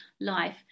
life